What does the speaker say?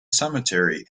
cemetery